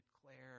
declare